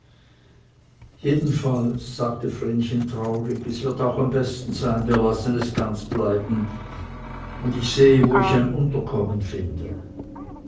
jedenfalls sagte vrenchen traurig es wird auch am besten sein wir lassen es ganz bleiben und ich sehe wo ich ein unterkommen finde